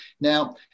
Now